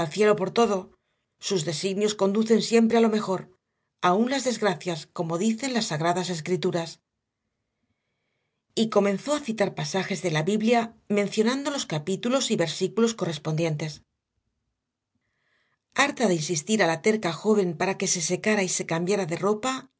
cielo por todo sus designios conducen siempre a lo mejor aun las desgracias como dicen las sagradas escrituras y comenzó a citar pasajes de la biblia mencionando los capítulos y versículos correspondientes harta de insistir a la terca joven para que se secara y se cambiara de ropa